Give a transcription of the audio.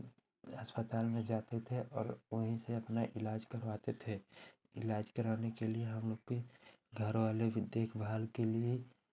अस्पताल में जाते थे और वहीं से अपना इलाज करवाते थे इलाज कराने के लिए हम लोग की घर वाले भी देख भाल के लिए